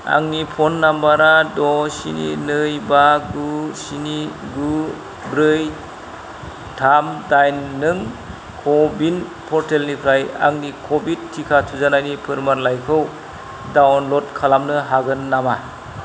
आंनि फन नाम्बारा द' स्नि नै बा गु स्नि गु ब्रै थाम डाइन नों कभिन पर्टेलनिफ्राय आंनि कविड टिका थुजानायनि फोरमानलाइखौ डाउनलड खालामनो हागोन नामा